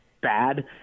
bad